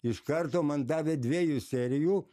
iš karto man davė dviejų serijų